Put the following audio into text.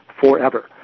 forever